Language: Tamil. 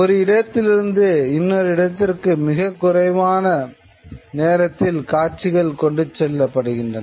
ஒரு இடத்திலிருந்து இன்னொரு இடத்திற்கு மிகக் குறைந்த நேரத்தில் காட்சிகள் கொண்டுச் செல்லப்படுகின்றன